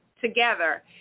together